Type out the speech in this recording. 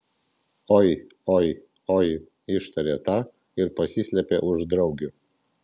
oi oi oi ištarė ta ir pasislėpė už draugių